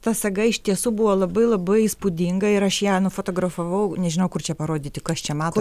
ta saga iš tiesų buvo labai labai įspūdinga ir aš ją nufotografavau nežinau kur čia parodyti kas čia mato